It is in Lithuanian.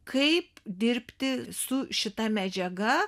kaip dirbti su šita medžiaga